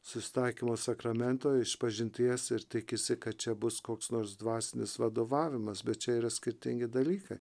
susitaikymo sakramento išpažinties ir tikisi kad čia bus koks nors dvasinis vadovavimas bet čia yra skirtingi dalykai